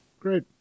Great